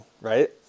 right